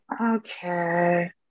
Okay